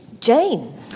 Jane